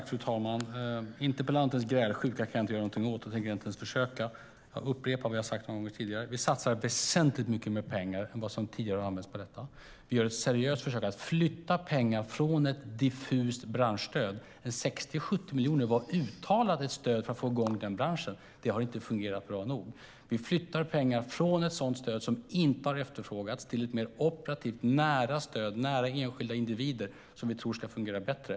Fru talman! Interpellantens grälsjuka kan jag inte göra något åt; jag tänker inte ens försöka. Jag upprepar vad jag har sagt många gånger tidigare: Vi satsar väsentligt mycket mer pengar än vad som tidigare har gjorts på detta. Vi gör ett seriöst försök att flytta pengar från ett diffust branschstöd där 60-70 miljoner var ett uttalat stöd för att få i gång denna bransch, men det har inte fungerat bra nog. Vi flyttar pengar från ett sådant stöd, som inte har efterfrågats, till ett mer operativt stöd nära enskilda individer, som vi tror ska fungera bättre.